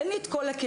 אין לי את כל הכלים.